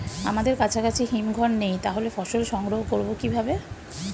আমাদের কাছাকাছি হিমঘর নেই তাহলে ফসল সংগ্রহ করবো কিভাবে?